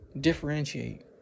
differentiate